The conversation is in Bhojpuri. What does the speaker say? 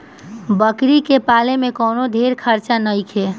बकरी के पाले में कवनो ढेर खर्चा नईखे